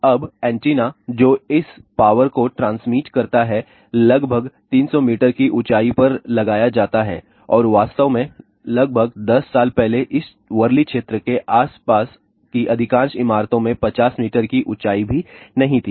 अब एंटीना जो इस पावर को ट्रांसमिट करता है लगभग 300 मीटर की ऊंचाई पर लगाया जाता है और वास्तव में लगभग 10 साल पहले तक इस वर्ली क्षेत्र के आसपास की अधिकांश इमारतों में 50 मीटर की ऊंचाई भी नहीं थी